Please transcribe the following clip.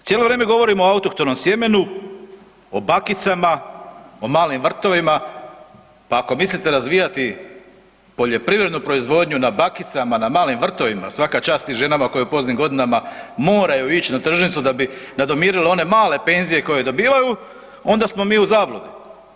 Cijelo vrijeme govorimo o autohtonom sjemenu, o bakicama, o malim vrtovima, pa ako mislite razvijati poljoprivrednu proizvodnju na bakicama, na malim vrtovima, svaka čast tim ženama koje u poznim godinama moraju ić na tržnicu da bi nadomirile one male penzije koje dobivaju onda smo mi u zabludi.